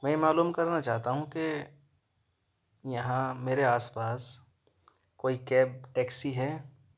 میں یہ معلوم کرنا چاہتا ہوں کہ یہاں میرے آس پاس کوئی کیب ٹیکسی ہے